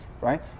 right